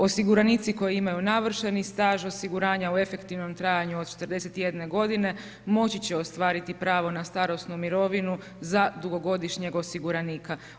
Osiguranici koji imaju navršeni staž, osiguranja u efektivnom trajanju od 41 g. moči će ostvariti pravo na starosnu mirovinu za dugogodišnjeg osiguranika.